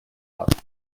наций